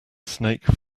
snake